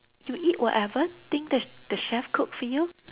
you eat whatever thing the the chef cook for you